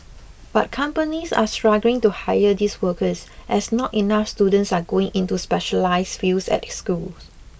but companies are struggling to hire these workers as not enough students are going into specialised fields at school